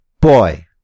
Boy